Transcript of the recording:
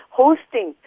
hosting